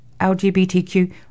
LGBTQ